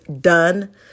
done